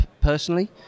Personally